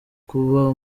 kuba